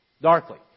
darkly